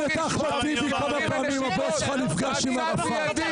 תשאל את אחמד טיבי כמה פעמים הבוס שלך נפגש עם ערפאת.